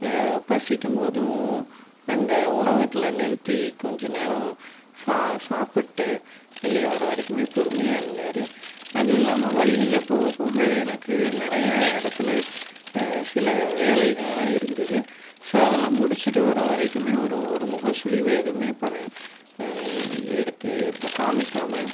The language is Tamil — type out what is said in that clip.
பசிக்கும் போதும் அந்த உணவகத்தில் நிறுத்தி கொஞ்சம் நேரம் சா சாப்பிட்டு வெளியே வர வரைக்கும் பொறுமையாக இருந்தார் அதுவும் இல்லாமல் வழியில் போக போக எனக்கு நிறையா இடத்துல சில வேலைகள்லாம் இருந்துது ஸோ அதெல்லாம் முடிச்சுட்டு வர வரைக்கும் அவர் ஒரு முகசுளிவு எதுவுமே இப்போ நான் எடுத்து இப்போ காமிக்காமல்